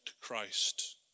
Christ